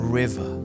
river